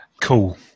cool